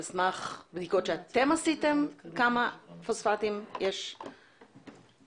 על סמך בדיקות שאתם עשיתם כמה פוספטים יש למדינה?